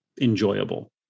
enjoyable